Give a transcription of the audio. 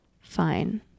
Fine